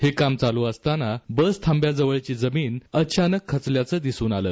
हे खोदकाम चालू असताना बस थांब्याजवळची जमीन अचानक खचल्याचं दिसून आलं